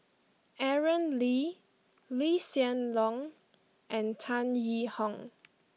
Aaron Lee Lee Hsien Loong and Tan Yee Hong